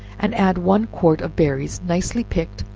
and add one quart of berries, nicely picked,